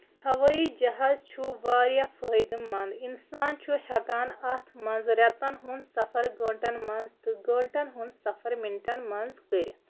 ہوٲیی جَہازٕ چھُ واریاہ فٲیدٕ مند اِنسان چھُ ہٮ۪کان اَتھ منٛز رٮ۪تن ہُند سَفر گٲنٹن منٛز تہٕ گٲنٹن ہُند سَفر مِنٹن منٛز کٔرِتھ